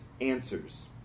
answers